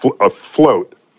Afloat